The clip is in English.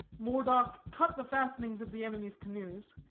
moredock cut the fastenings of the enemy's canoes,